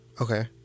Okay